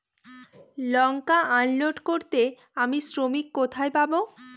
লঙ্কা unload করতে আমি শ্রমিক কোথায় পাবো?